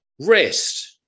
rest